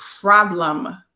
problem